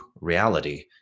reality